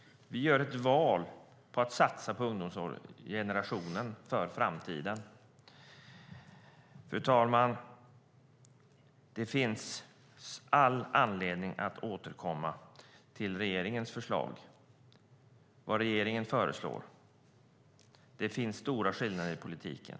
Vi gör valet att satsa på ungdomsgenerationen inför framtiden. Fru talman! Det finns all anledning att återkomma till regeringens förslag, till det som regeringen föreslår. Det finns stora skillnader i politiken.